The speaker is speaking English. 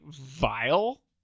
vile